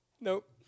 Nope